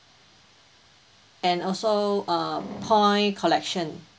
and also err point collection